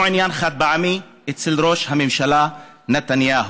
עניין חד-פעמי אצל ראש הממשלה נתניהו,